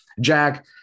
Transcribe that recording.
Jack